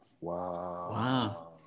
Wow